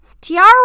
Tiara